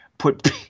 put